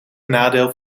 nadeel